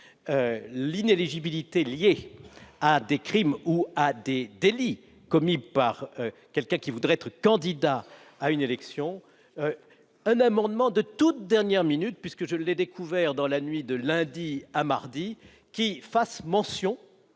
l'inéligibilité liée à des crimes ou à des délits commis par un candidat à une élection, un amendement déposé à la toute dernière minute, puisque je l'ai découvert dans la nuit de lundi à mardi, faisant mention